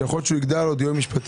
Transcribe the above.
שיכול להיות שהוא יגדל עוד יהיו משפטים,